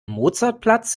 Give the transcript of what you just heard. mozartplatz